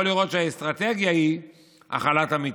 יכול לראות שהאסטרטגיה היא הכלת המתים.